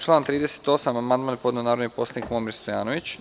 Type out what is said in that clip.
Na član 38. amandman je podneo narodni poslanik Momir Stojanović.